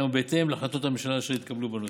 ובהתאם להחלטות הממשלה שהתקבלו בנושא.